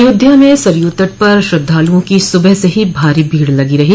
अयोध्या में सरयू तट पर श्रद्धालुओं की सुबह से ही भारी भीड़ लगी रही